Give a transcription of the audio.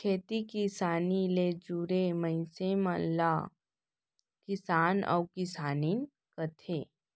खेती किसानी ले जुरे मनसे ल किसान अउ किसानिन कथें